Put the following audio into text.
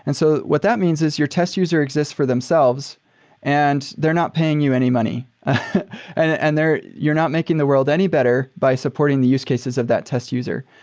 and so what that means is your test user exists for themselves and they're not paying you any money and and you're not making the world any better by supporting the use cases of that test user.